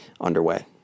underway